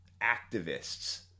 activists